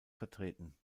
vertreten